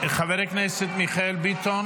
חבר הכנסת מיכאל ביטון